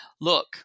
Look